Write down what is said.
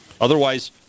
Otherwise